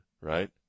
right